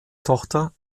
tochter